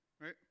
Right